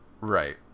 Right